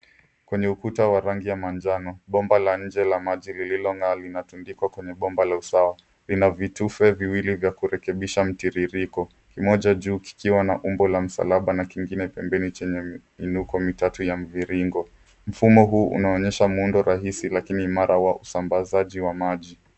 Kwenye ukuta wa rangi ya manjano, bomba la nje la maji lililongaa linatundikwa kwenye bomba la usawa. Lina vitufe viwili vya kurekebisha mtiririko, kimoja juu kikiwa na umbo la msalaba na kingine pembeni chenye miinuko mitatu ya mviringo. Mfumo huu unaonyesha muundo rahisi lakini imara wa usambazaji wa maji.